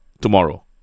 Tomorrow